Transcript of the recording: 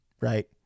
right